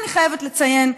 אני חייבת לציין,